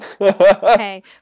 Okay